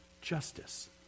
justice